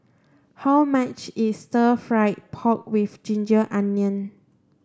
how much is stir fried pork with ginger onions